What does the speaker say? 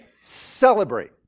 celebrate